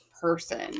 person